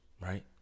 right